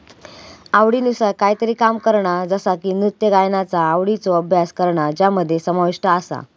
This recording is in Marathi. आवडीनुसार कायतरी काम करणा जसा की नृत्य गायनाचा आवडीचो अभ्यास करणा ज्यामध्ये समाविष्ट आसा